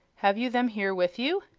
have you them here with you?